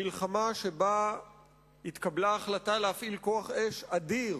מלחמה שבה התקבלה החלטה להפעיל כוח אש אדיר